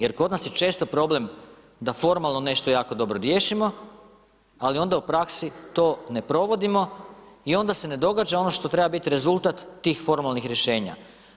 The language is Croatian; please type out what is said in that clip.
Jer kod nas je često problem da formalno nešto jako dobro riješimo, ali onda u praksi to ne provodimo i onda se ne događa ono što treba biti rezultat tih formalnih rješenja.